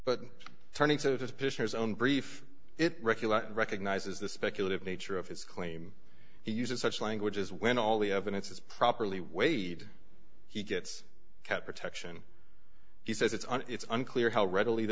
peers own brief it regularly recognizes the speculative nature of his claim he uses such language is when all the evidence is properly weighed he gets cat protection he says it's on it's unclear how readily